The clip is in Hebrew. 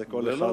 כל אחד,